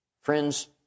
Friends